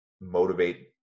motivate